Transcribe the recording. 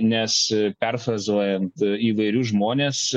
nes perfrazuojant įvairius žmones